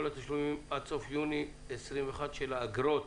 התשלומים עד סוף יוני 2021 של האגרות